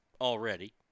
already